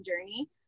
journey